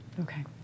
Okay